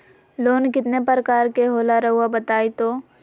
Loan कितने पारकर के होला रऊआ बताई तो?